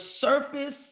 surface